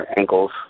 ankles